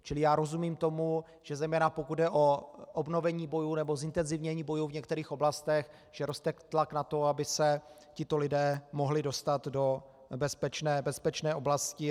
Čili já rozumím tomu, zejména pokud jde o obnovení bojů nebo zintenzivnění bojů v některých oblastech, že roste tlak na to, aby se tito lidé mohli dostat do bezpečné oblasti.